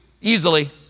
easily